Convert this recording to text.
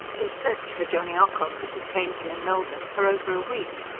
his search for johnny ocock had detained him in melbourne for over a week.